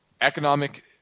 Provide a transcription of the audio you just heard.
economic